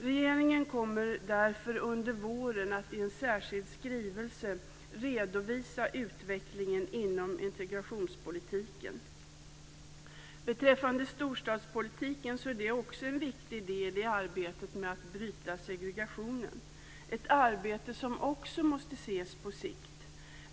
Regeringen kommer därför under våren att i en särskild skrivelse redovisa utvecklingen inom integrationspolitiken. Storstadspolitiken är också en viktig del i arbetet med att bryta segregationen, ett arbete som också måste ses på sikt.